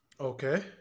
Okay